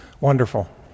Wonderful